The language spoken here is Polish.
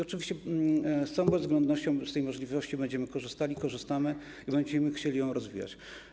Oczywiście, z całą bezwzględnością z tej możliwości będziemy korzystali, korzystamy z niej i będziemy chcieli ją rozwijać.